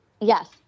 Yes